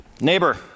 Neighbor